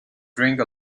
drink